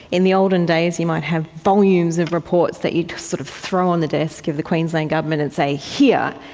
in the olden days you might have volumes of reports that you would sort of throw on the desk of the queensland government and say, here!